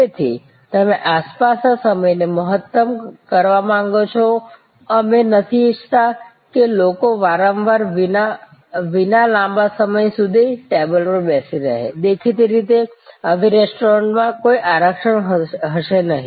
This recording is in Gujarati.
તેથી તમે આસપાસ ના સમયને મહત્તમ કરવા માંગો છો અમે નથી ઇચ્છતા કે લોકો વપરાશ વિના લાંબા સમય સુધી ટેબલ પર બેસી રહે દેખીતી રીતે આવી રેસ્ટોરાંમાં કોઈ આરક્ષણ હશે નહીં